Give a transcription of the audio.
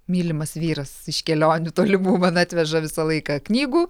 mylimas vyras iš kelionių tolimų man atveža visą laiką knygų